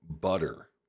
butter